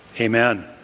Amen